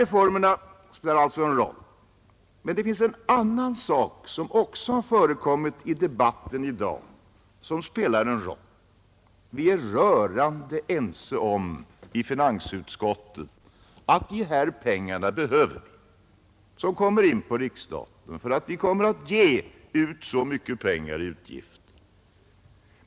Reformerna spelar alltså en roll, men det finns också en annan sak som har nämnts i debatten i dag som spelar en roll. Vi är i finansutskottet rörande ense om att de pengar som kommer in på riksstaten behövs, eftersom vi kommer att ge ut mycket pengar.